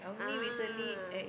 ah